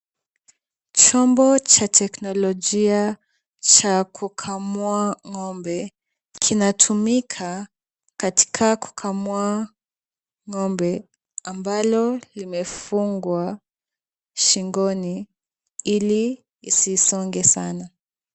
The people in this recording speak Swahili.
Chombo cha teknolojia cha kukamua ng'ombe, kinatumika katika kukamua ng'ombe, ambalo limefungwa shingoni ili isisonge sana.